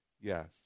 Yes